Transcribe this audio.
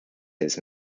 his